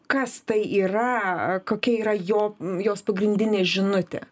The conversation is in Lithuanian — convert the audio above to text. kas tai yra kokia yra jo jos pagrindinė žinutė